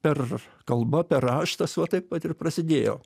per kalba per raštas va taip vat ir prasidėjo